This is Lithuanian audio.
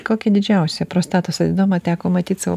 kokią didžiausią prostatos adenomą teko matyt savo